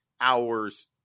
hours